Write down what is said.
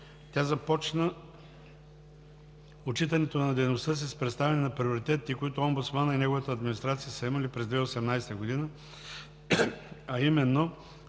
Тя започна отчитането на дейността си с представяне на приоритетите, които омбудсманът и неговата администрацията са имали през 2018 г., а именно: